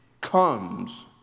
comes